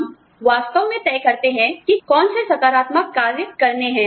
हम वास्तव में तय करते हैं कि कौन से सकारात्मक कार्य करने हैं